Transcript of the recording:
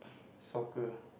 soccer